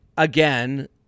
Again